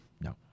No